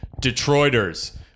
Detroiters